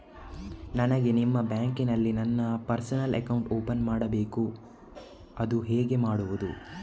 ನನಗೆ ನಿಮ್ಮ ಬ್ಯಾಂಕಿನಲ್ಲಿ ನನ್ನ ಪರ್ಸನಲ್ ಅಕೌಂಟ್ ಓಪನ್ ಮಾಡಬೇಕು ಅದು ಹೇಗೆ ಮಾಡುವುದು?